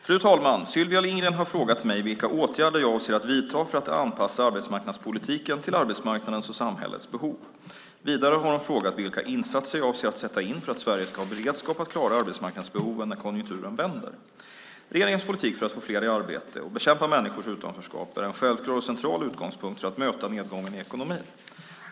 Fru talman! Sylvia Lindgren har frågat mig vilka åtgärder jag avser att vidta för att anpassa arbetsmarknadspolitiken till arbetsmarknadens och samhällets behov. Vidare har hon frågat vilka insatser jag avser att sätta in för att Sverige ska ha beredskap att klara arbetsmarknadsbehoven när konjunkturen vänder. Regeringens politik för att få fler i arbete och bekämpa människors utanförskap är en självklar och central utgångspunkt för att möta nedgången i ekonomin.